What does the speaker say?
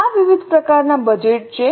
આ વિવિધ પ્રકારનાં બજેટ છે